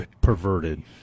perverted